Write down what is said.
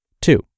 Two